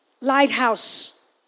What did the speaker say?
Lighthouse